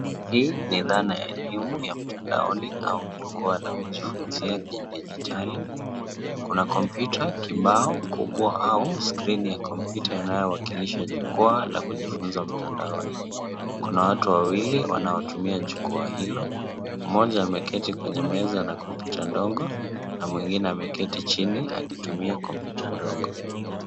Hii ni dhana ya elimu ya mtandaoni au jukuwa la kujifunzia kidigitali, kuna kompyuta kibao kubwa au skrini ya kompyuta inaowakilisha jukuwa la kujifunza mtandaoni, kuna watu wawili wanaotumia jukuwa hilo, moja ameketi kwenye meza na kompyuta ndogo na mwingine ameketi jini akitumia kompyuta ndogo.